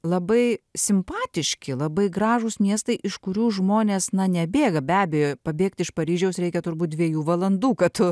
labai simpatiški labai gražūs miestai iš kurių žmonės na nebėga be abejo pabėgt iš paryžiaus reikia turbūt dviejų valandų kad tu